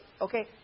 okay